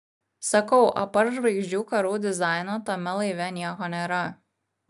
sakau apart žvaigždžių karų dizaino tame laive nieko nėra